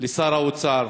לשר האוצר: